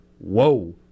whoa